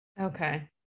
Okay